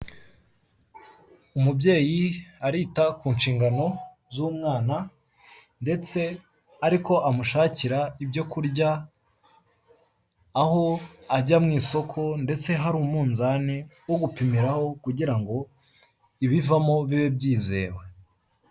Umubyeyi arita ku nshingano z'umwana ndetse ariko amushakira ibyo kurya, aho ajya mu isoko ndetse hari umunzani wo gupimiraho kugira ngo ibivamo bibe byizewe.